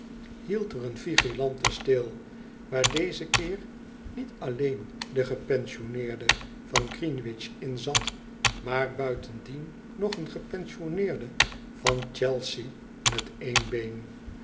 een vigilante stil waar dezen keer niet alleen de gepensioneerde van green wich in zat maar buitendien nog een gepensioneerde van c h e s e a met één been